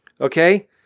okay